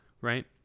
right